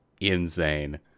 insane